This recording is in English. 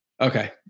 Okay